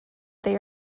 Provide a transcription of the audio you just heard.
they